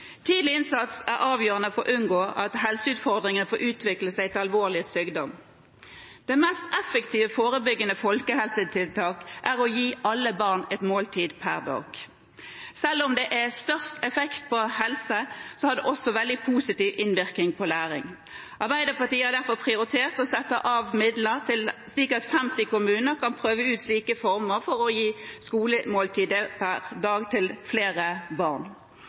Tidlig innsats er avgjørende for å unngå at helseutfordringer får utvikle seg til alvorlig sykdom. Det mest effektive forebyggende folkehelsetiltak er å gi alle barn et måltid per dag. Selv om det er størst effekt på helse, har det også veldig positiv innvirkning på læring. Arbeiderpartiet har derfor prioritert å sette av midler, slik at 50 kommuner kan prøve ut slike former for å gi et skolemåltid per dag til flere barn.